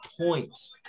points